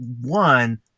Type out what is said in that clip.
one